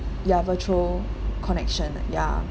ya virtual connection ya